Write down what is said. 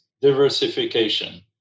diversification